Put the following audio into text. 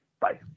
Bye